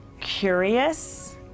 curious